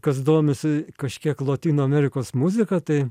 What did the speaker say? kas domisi kažkiek lotynų amerikos muzika tai